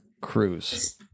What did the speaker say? cruise